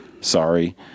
sorry